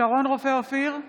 שרון רופא אופיר,